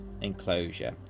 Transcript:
enclosure